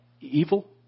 evil